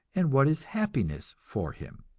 and what is happiness for him.